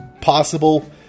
possible